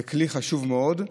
זה כלי חשוב מאוד.